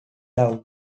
down